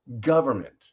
government